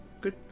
Good